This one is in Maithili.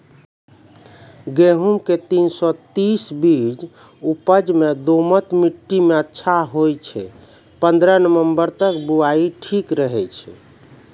गेहूँम के तीन सौ तीन बीज उपज मे दोमट मिट्टी मे अच्छा होय छै, पन्द्रह नवंबर तक बुआई ठीक रहै छै